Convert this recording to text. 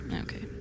Okay